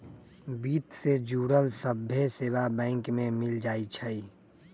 वित्त से जुड़ल सभ्भे सेवा बैंक में मिल जाई छई